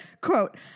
quote